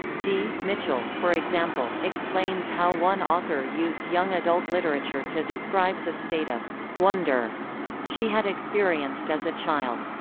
d. mitchell, for example, explains how one author used young adult literature to describes a state of wonder she had experienced as a child.